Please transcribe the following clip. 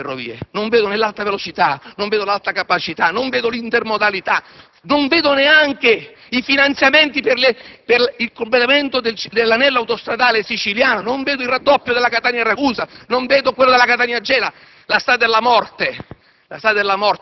Non vedo le ferrovie; non vedo l'alta velocità; non vedo l'alta capacità né l'intermodalità; non vedo neanche i finanziamenti per il completamento dell'anello autostradale siciliano. Non vedo il raddoppio della Catania-Ragusa, né quello della Catania-Gela, la strada della morte,